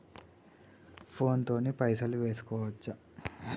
Phone తోని పైసలు వేసుకోవచ్చా?